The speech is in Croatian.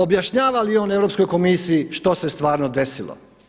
Objašnjava li on Europskoj komisiji što se stvarno desilo?